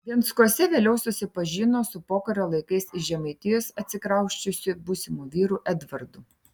venckuose vėliau susipažino su pokario laikais iš žemaitijos atsikrausčiusiu būsimu vyru edvardu